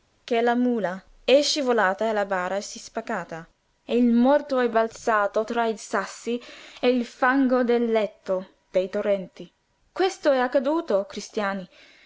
che la mula è scivolata e la bara s'è spaccata e il morto è balzato tra i sassi e il fango del letto dei torrenti questo è accaduto o cristiani